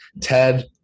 Ted